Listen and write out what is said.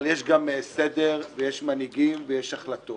אבל יש גם סדר ויש מנהיגים ויש החלטות